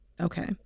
Okay